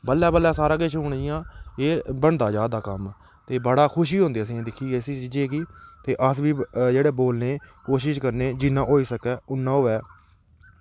बल्लें बल्लें सारा किश हून इंया एह् बनदा जा दा कम्म ते बड़ी खुशी होंदी असेंगी इस चीज़ै गी दिक्खियै ते अस बी जेह्ड़ा बोलने कोशिश करने जिन्ना होई सकै होऐ